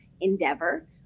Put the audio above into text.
endeavor